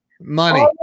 Money